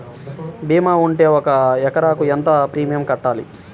భీమా ఉంటే ఒక ఎకరాకు ఎంత ప్రీమియం కట్టాలి?